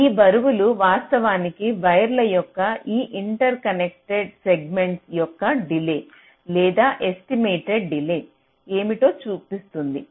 ఈ బరువులు వాస్తవానికి వైర్ల యొక్క ఈ ఇంటర్కనెక్టింగ్ సెగ్మెంట్స్ యొక్క డిలే లేదా ఎస్టిమేట్డ్ డిలే ఏమిటో సూచిస్తుంది